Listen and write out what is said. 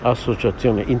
Associazione